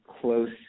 close